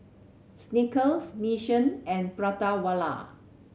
Snickers Mission and Prata Wala